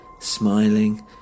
smiling